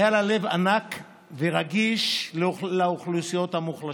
היה לה לב ענק ורגיש לאוכלוסיות המוחלשות.